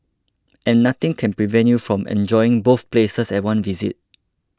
and nothing can prevent you from enjoying both places at one visit